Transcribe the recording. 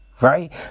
right